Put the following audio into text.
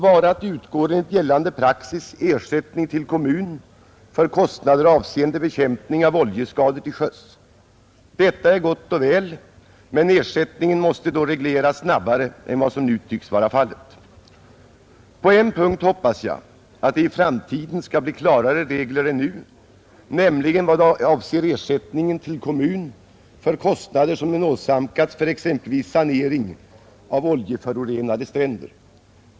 Enligt gällande praxis utgår ersättning till kommun för kostnader avseende bekämpning av oljeskador till sjöss. Detta är gott och väl, men ersättningen måste då regleras snabbare än vad som nu tycks vara fallet. På en punkt hoppas jag att det i framtiden skall bli klarare regler än nu, nämligen vad avser ersättningen till kommun för kostnader som den åsamkas för exempelvis sanering av oljeförorenade stränder.